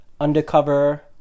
undercover